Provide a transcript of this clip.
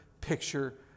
picture